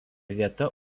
vieta